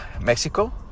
Mexico